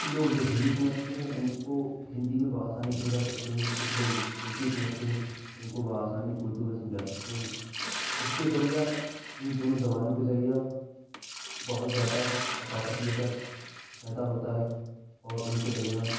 کچھ لوگ جو ہندی سمجھتے ہیں ان کو ہندی میں بہ آسانی سمجھا سکتے ہیں کچھ لوگ اردو سمجھتے ہیں ان کو بآسانی اردو میں سمجھا سکتے ہیں اس کے ذریعہ ان دونوں زبانوں کے ذریعہ بہت زیادہ ثقافتی اثر پیدا ہوتا ہے اور ان کے درمیان